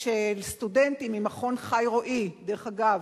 סטודנטים ממכון "חי רועי" דרך אגב,